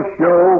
show